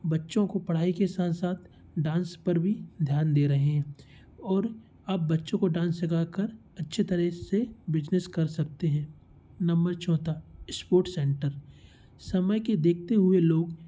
बच्चों को पढ़ाई के साथ साथ डांस पर भी ध्यान दे रहे हैं और आप बच्चों को डांस सिखा कर अच्छी तरह से बिजनेस कर सकते हैं नंबर चौथा इस्पोट सेंटर समय के देखते हुए लोग